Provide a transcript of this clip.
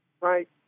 right